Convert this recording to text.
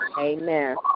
amen